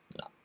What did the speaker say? no